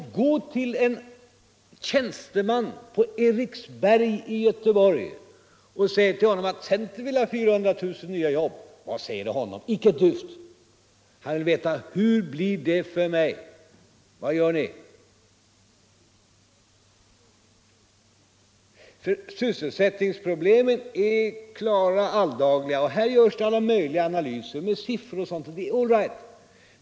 Gå till en tjänsteman på Eriksberg i Göteborg och meddela honom att centern vill ha 400 000 nya jobb. Vad säger det honom? Inte ett dyft. Han vill ha svar på frågan: Hur blir det för mig? Sysselsättningsproblemen är klara och alldagliga. Här görs alla möjliga analyser med siffror och allt. All right!